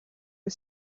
the